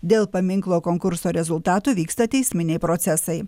dėl paminklo konkurso rezultatų vyksta teisminiai procesai